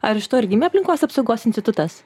ar iš to ir gimė aplinkos apsaugos institutas